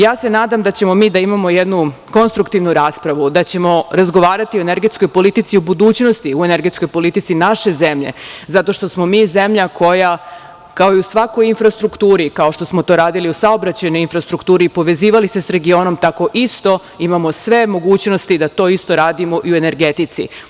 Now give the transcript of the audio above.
Ja se nadam da ćemo mi da imamo jednu konstruktivnu raspravu, da ćemo razgovarati o energetskoj politici u budućnosti, o energetskoj politici naše zemlje, zato što smo mi zemlja koja, kao i u svakoj infrastrukturi kao što smo to radili u saobraćajnoj infrastrukturi, povezivali se sa regionom tako isto imamo sve mogućnosti da to isto radimo i u energetici.